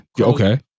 okay